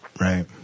right